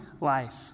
life